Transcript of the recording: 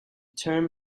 term